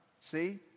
See